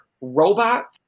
robot